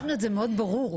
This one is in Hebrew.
כתבו את זה מאוד ברור.